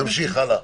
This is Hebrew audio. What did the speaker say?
נמשיך הלאה.